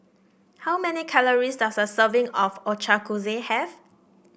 how many calories does a serving of Ochazuke have